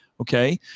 Okay